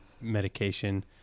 medication